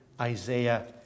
Isaiah